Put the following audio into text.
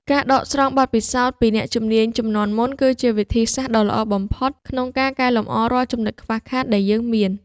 ការដកស្រង់បទពិសោធន៍ពីអ្នកជំនាញជំនាន់មុនគឺជាវិធីសាស្ត្រដ៏ល្អបំផុត ក្នុងការកែលម្អរាល់ចំណុចខ្វះខាតដែលយើងមាន។